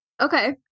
Okay